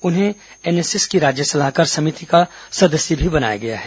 उन्हें एनएसएस की राज्य सलाहकार समिति का सदस्य भी बनाया गया है